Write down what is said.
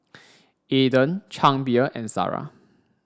Aden Chang Beer and Zara